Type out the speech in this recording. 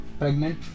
pregnant